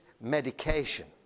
medication